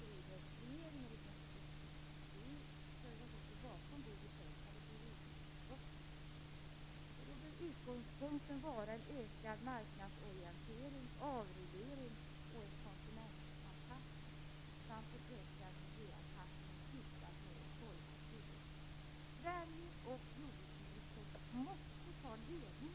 Vi ställer oss i jordbruksutskottets betänkande bakom detta. Utgångspunkten bör då vara ökad marknadsorientering och avreglering, en konsumentanpassning samt en ökad miljöanpassning i syfte att nå ett hållbart jordbruk Sverige och jordbruksministern måste ta ledningen i detta arbete. Jag beklagar att jordbruksministern inte är här i dag, även om hon har laga förfall. Jag vill ändå ställa några frågor. Varför utnyttjar inte regeringen vår unika ställning i EU i dessa sammanhang?